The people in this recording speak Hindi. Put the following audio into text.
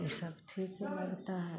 ये सब ठीक लगता है